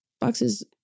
boxes